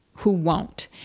who won't.